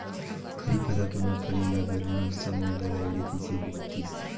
खरीफ फसल के मुंगफली ला गरमी मौसम मे लगाय ले कइसे होतिस?